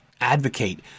advocate